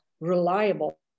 reliable